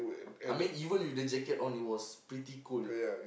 I mean even with the jacket on it was pretty cold